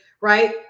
Right